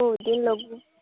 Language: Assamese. বহুতদিন লগো